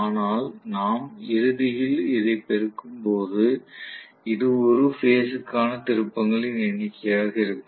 ஆனால் நாம் இறுதியில் இதை பெருக்கும்போது இது ஒரு பேஸ் க்கான திருப்பங்களின் எண்ணிக்கையாக இருக்கும்